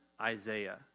Isaiah